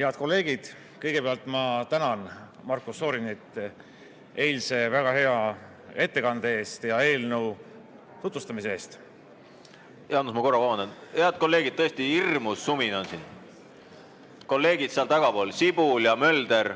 Head kolleegid! Kõigepealt ma tänan Marko Šorinit eilse väga hea ettekande eest ja eelnõu tutvustamise eest. Jaanus, ma korra vabandan! Head kolleegid, tõesti, hirmus sumin on siin. Kolleegid seal tagapool, Sibul ja Mölder,